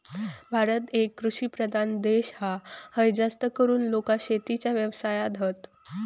भारत एक कृषि प्रधान देश हा, हय जास्तीकरून लोका शेतीच्या व्यवसायात हत